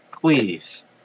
please